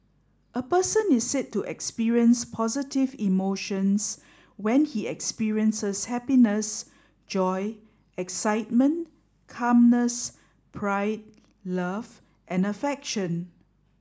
a person is said to experience positive emotions when he experiences happiness joy excitement calmness pride love and affection